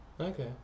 Okay